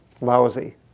lousy